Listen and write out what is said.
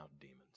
demons